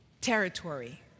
territory